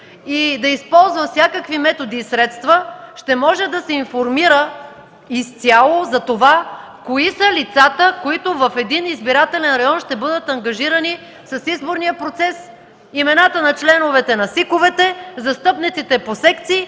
и да използва всякакви методи и средства, ще може да се информира изцяло кои са лицата, които в един избирателен район ще бъдат ангажирани с изборния процес. Имената на членовете на ЦИК-овете, застъпниците по секции